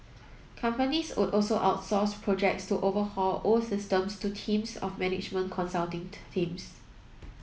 companies would also outsource projects to overhaul old systems to teams of management consulting teams